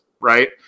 right